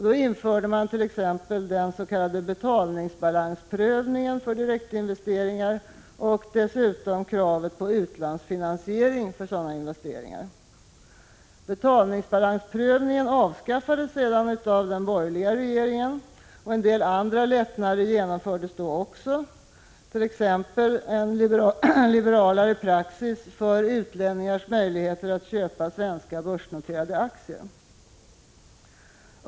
Då infördes t.ex. den s.k. betalningsbalansprövningen för direktinvesteringar och dessutom kravet på utlandsfinansiering av sådana investeringar. Betalningsbalansprövningen avskaffades sedan av den borgerliga regeringen, och en del andra lättnader genomfördes då också, t.ex. en liberalare praxis för utlänningars möjligheter att köpa svenska börsnoterade aktier.